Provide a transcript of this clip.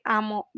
amo